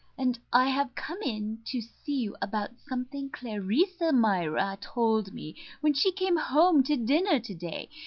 and i have come in to see you about something clarice almira told me when she came home to dinner today.